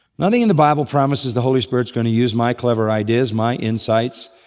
nothing in the bible promises the holy spirit is going to use my clever ideas, my insights,